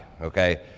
okay